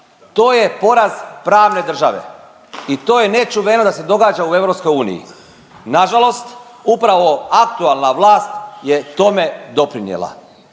To je poraz pravne države i to je nečuveno da se događa u EU. Nažalost, upravo aktualna vlast je tome doprinijela.